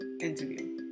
interview